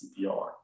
CPR